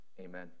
Amen